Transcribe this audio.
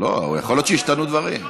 לא, יכול להיות שהשתנו דברים.